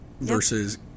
versus